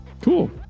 Cool